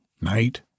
night